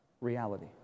reality